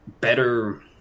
better